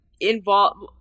involved